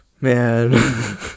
man